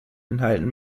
inhalten